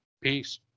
Peace